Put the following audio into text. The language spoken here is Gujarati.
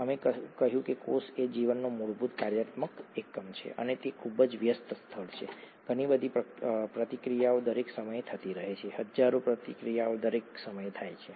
અમે કહ્યું કોષ એ જીવનનો મૂળભૂત કાર્યાત્મક એકમ છે અને તે ખૂબ જ વ્યસ્ત સ્થળ છે ઘણી બધી પ્રતિક્રિયાઓ દરેક સમયે થતી રહે છે હજારો પ્રતિક્રિયાઓ દરેક સમયે થાય છે